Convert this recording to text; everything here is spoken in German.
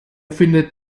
findet